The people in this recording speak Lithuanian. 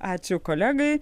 ačiū kolegai